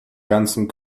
ganzen